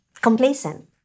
complacent